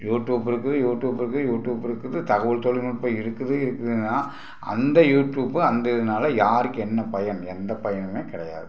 YouTube இருக்குது YouTube இருக்குது YouTube இருக்குது தகவல் தொழில்நுட்பம் இருக்குது இருக்குதுன்னால் அந்த யூடியூப்பு அந்த இதனால யாருக்கு என்ன பயன் எந்த பயனுமே கிடையாது